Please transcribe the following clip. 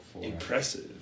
Impressive